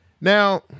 Now